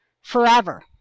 forever